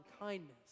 kindness